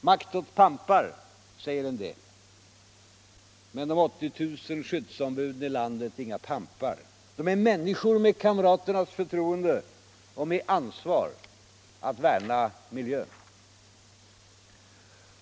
Makt åt pampar, säger en del. Men de 80 000 skyddsombuden i landet är inga pampar. De är människor med kamraternas förtroende och med ansvar att värna miljön.